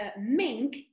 mink